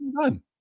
done